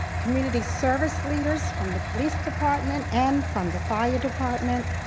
community service leaders from the police department and from the fire department,